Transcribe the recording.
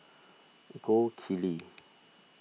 Gold Kili